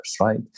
right